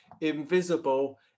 invisible